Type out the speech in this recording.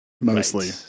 mostly